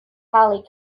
holly